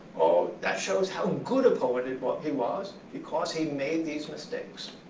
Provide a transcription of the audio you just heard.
oh, that shows how good a poet he was he was because he made these mistakes.